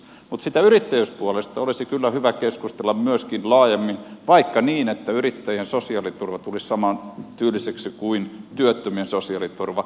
mutta siitä yrittäjyyspuolesta olisi kyllä hyvä keskustella myöskin laajemmin vaikka niin että yrittäjien sosiaaliturva tulisi samantyyliseksi kuin työttömien sosiaaliturva